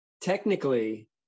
technically